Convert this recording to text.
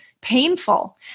painful